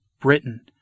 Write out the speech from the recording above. Britain